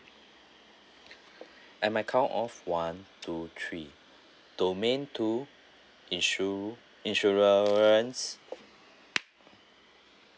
at my count of one two three domain two insu~ insurance